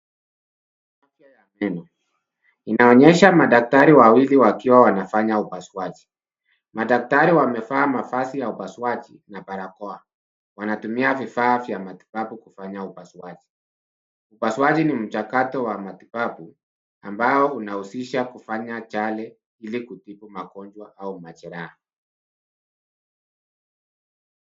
Inaonyesha madaktari wawili wakiwa wakifanya upasuaji. Madaktari wamevaa mavazi ya upasuaji na barakoa. Wanatumia vifaa vya matibabu kufanya upasuaji. Upasuaji ni moja kato ya matibabu ambao unahusisha kufanya chale ili kutibu magonjwa au majeraha.